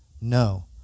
No